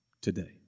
today